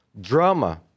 drama